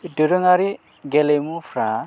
बे दोरोङारि गेलेमुफ्रा